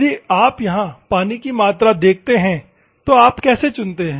यदि आप यहां पानी कि मात्रा देखते हैं तो आप कैसे चुनते हैं